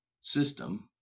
system